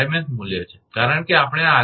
s મૂલ્ય છે કારણ કે આપણે આ r